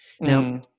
Now